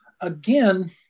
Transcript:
again